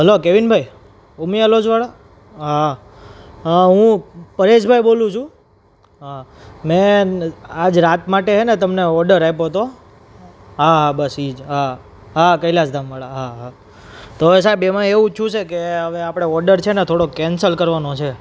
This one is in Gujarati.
હલો કેવીનભાઈ ઉમિયા લૉજવાળા હા હું પરેશભાઈ બોલું છું હા મેં આજ રાત માટે હેંને તમને ઓર્ડર આપ્યો તો હા હા બસ એ જ હા કૈલાશધામવાળા હા હા તો સાહેબ એમાં એવું થયું છે ને કે આપણે ઓર્ડર છે ને થોડો કેન્સલ કરવાનો છે